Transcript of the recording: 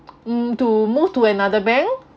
mm to move to another bank